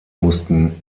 mussten